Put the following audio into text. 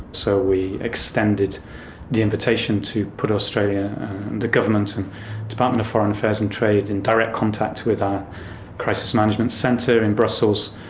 so we extended the invitation to put australia and the government and department of foreign affairs and trade in direct contact with our crisis management centre in brussels,